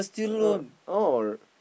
uh oh